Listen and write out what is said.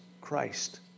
Christ